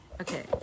Okay